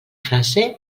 frase